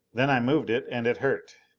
then i moved it and it hurt.